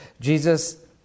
Jesus